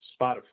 Spotify